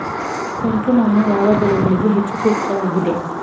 ಕೆಂಪು ಮಣ್ಣು ಯಾವ ಬೆಳೆಗಳಿಗೆ ಹೆಚ್ಚು ಸೂಕ್ತವಾಗಿದೆ?